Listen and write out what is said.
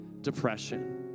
depression